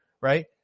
right